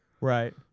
Right